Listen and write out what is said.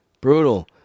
Brutal